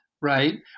right